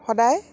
সদায়